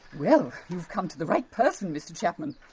well you've come to the right person, mr chapman.